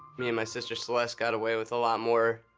me and my sister celeste got away with a lot more,